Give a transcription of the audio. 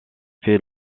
fait